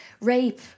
Rape